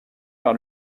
par